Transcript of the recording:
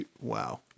Wow